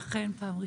אכן פעם ראשונה.